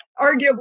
arguably